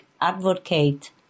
advocate